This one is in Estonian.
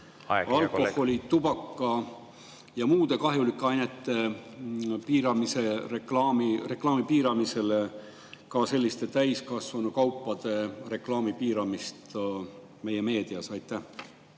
alkoholi, tubaka ja muude kahjulike ainete reklaami piiramisele ka täiskasvanutele [mõeldud] kaupade reklaami piiramist meie meedias? Aitäh